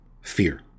fear